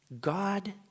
God